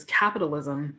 capitalism